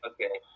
Okay